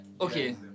Okay